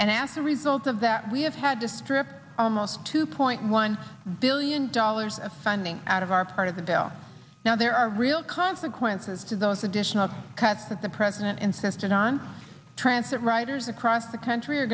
and ask the result of that we have had to strip almost two point one billion dollars of funding out of our part of the bill now there are real consequences to those additional cuts that the president insisted on transit riders across the country are